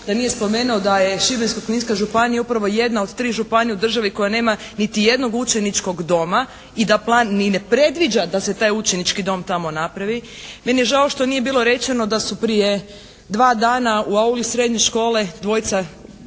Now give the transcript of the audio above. da nije spomenuo da je Šibensko-kninska županija upravo jedna od tri županije u državi koja nema niti jednog učeničkog doma i da ni ne predviđa da se taj učenički dom tamo napravi. Meni je žao što nije bilo rečeno da su prije dva dana u auli srednje škole dvojice